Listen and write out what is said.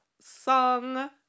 song